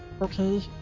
Okay